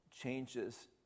changes